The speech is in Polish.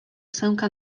sęka